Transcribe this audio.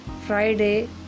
friday